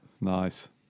Nice